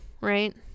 right